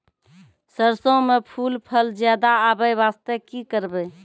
सरसों म फूल फल ज्यादा आबै बास्ते कि करबै?